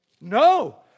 No